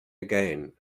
again